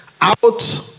out